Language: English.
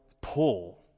pull